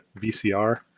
VCR